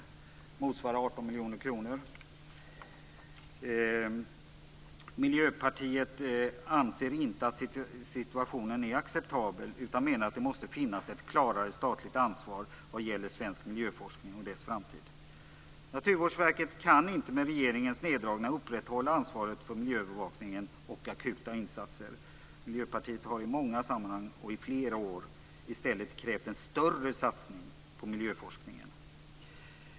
Det motsvarar 18 miljoner kronor. Miljöpartiet anser inte att situationen är acceptabel. Vi menar att det måste finnas ett klarare statligt ansvar vad gäller svensk miljöforskning och dess framtid. Naturvårdsverket kan inte med regeringens neddragningar upprätthålla ansvaret för miljöbevakning och akuta insatser. Miljöpartiet har i många sammanhang och i flera år i stället krävt större satsning på miljöforskningen.